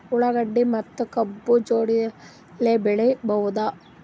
ಉಳ್ಳಾಗಡ್ಡಿ ಮತ್ತೆ ಕಬ್ಬು ಜೋಡಿಲೆ ಬೆಳಿ ಬಹುದಾ?